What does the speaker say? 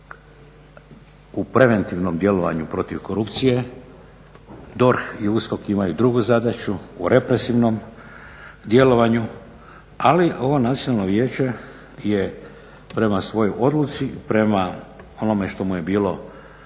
u preventivnom djelovanju protiv korupcije. DORH i USKOK imaju drugu zadaću u represivnom djelovanju, ali ovo Nacionalno vijeće je prema svojoj odluci, prema onome što mu je bilo